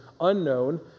unknown